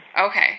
Okay